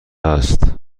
است